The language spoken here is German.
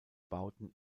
bauten